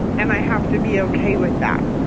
and i have to be okay with that.